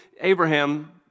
Abraham